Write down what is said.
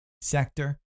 sector